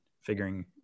figuring